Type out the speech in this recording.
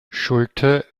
schulte